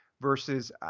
versus